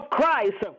Christ